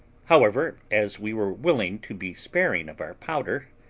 however, as we were willing to be sparing of our powder,